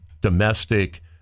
domestic